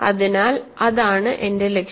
അതിനാൽ അതാണ് എന്റെ ലക്ഷ്യം